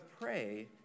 pray